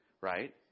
right